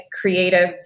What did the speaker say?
creative